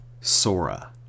Sora